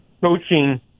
coaching –